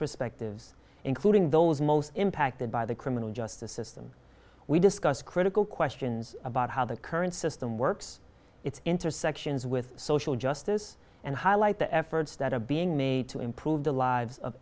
perspectives including those most impacted by the criminal justice system we discussed critical questions about how the current system works its intersections with social justice and highlight the efforts that are being made to improve the lives of